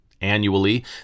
Annually